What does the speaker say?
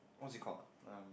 what's it called um